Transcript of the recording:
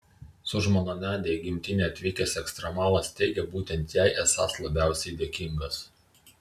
su žmona nadia į gimtinę atvykęs ekstremalas teigė būtent jai esąs labiausiai dėkingas